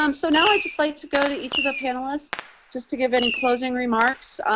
um so now i'd just like to go to each of the panelists just to give any closing remarks